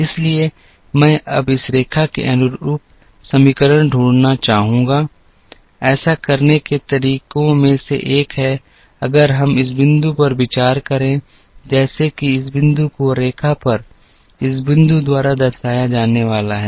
इसलिए मैं अब इस रेखा के अनुरूप समीकरण ढूंढना चाहूंगा ऐसा करने के तरीकों में से एक है अगर हम इस बिंदु पर विचार करें जैसे कि इस बिंदु को रेखा पर इस बिंदु द्वारा दर्शाया जाने वाला है